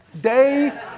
day